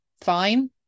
fine